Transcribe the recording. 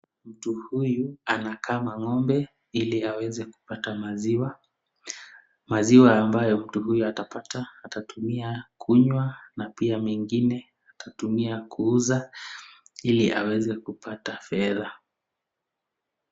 Mtu huyu anakama ngombe, ili aweze kupata maziwa. Maziwa amabayo mtu huyu atapata, atatumia kunywa na pia mengine atatumia kuuza ili aweze kupata fedha.